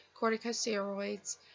corticosteroids